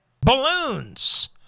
balloons